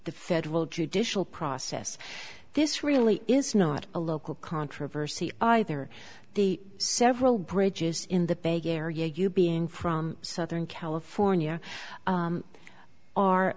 the federal judicial process this really is not a local controversy either the several bridges in the bay area you being from southern california